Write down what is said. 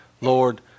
Lord